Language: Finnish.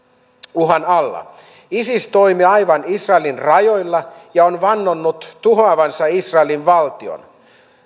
uhan alla isis toimii aivan israelin rajoilla ja on vannonut tuhoavansa israelin valtion